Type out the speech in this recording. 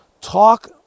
talk